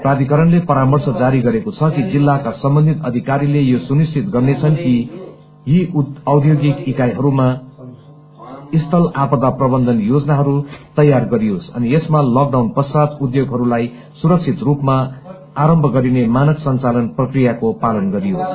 प्राधिकरणले परामर्श जारी गरेको छ कि जिल्लाका सम्बन्धित अधिकारीले यो सुनिश्चित गर्नेछन् कि यी औदोगिक इकाईहरूमा स्थल आपदा प्रबन्धन योजनाहरू तयार गरियोस अनि यसमा लकडाउन पश्चात उद्योगहरूलाई सुरक्षित रूपमा आरम्भ गरिने मानक संचालन प्रक्रियाको पालन गरियोस्